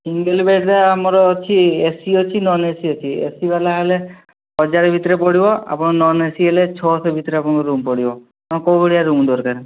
single ବେଡ଼୍ରେ ଆମର ଆଛି ଏ ସି ଅଛି ନନ୍ ଏ ସି ଅଛି ଏସିବାଲା ହେଲା ହଜାର ଭିତରେ ପଡ଼ିବ ଆପଣ ନନ୍ ଏ ସି ହେଲେ ଛଅଶହ ଭିତରେ ଆପଣଙ୍କ ରୁମ୍ ପଡ଼ିବ ହଁ କେଉଁ ଭଳିଆ ରୁମ୍ ଦରକାର